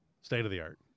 State-of-the-art